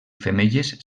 femelles